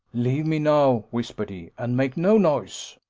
leave me now, whispered he, and make no noise.